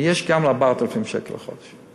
ויש גם 4,000 שקל בחודש.